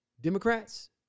Democrats